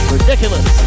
Ridiculous